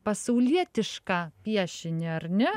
pasaulietišką piešinį ar ne